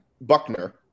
Buckner